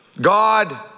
God